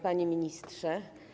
Panie Ministrze!